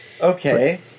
okay